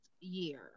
year